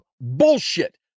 Bullshit